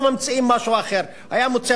אם לא היו רשתות חברתיות היו ממציאים משהו אחר.